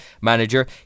manager